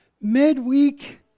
midweek